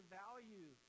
value